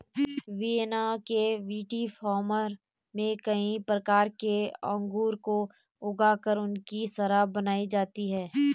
Vienna के विटीफार्म में कई प्रकार के अंगूरों को ऊगा कर उनकी शराब बनाई जाती है